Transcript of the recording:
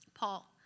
Paul